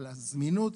על הזמינות,